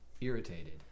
irritated